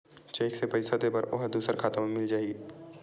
Cheque से पईसा दे बर ओहा दुसर खाता म मिल जाही?